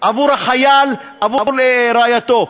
בעבור החייל ובעבור רעייתו.